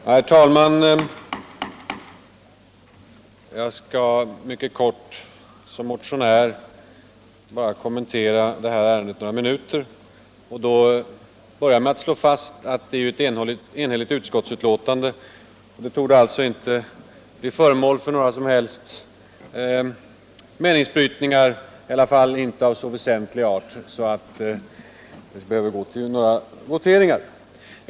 Herr talman! Jag skall som motionär bara kommentera detta ärende några minuter, och jag vill börja med att slå fast att det är ett enhälligt utskottsbetänkande. Det torde alltså inte bli föremål för några som helst meningsbrytningar — i alla fall inte av så väsentlig art att det behöver bli några voteringar.